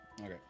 Okay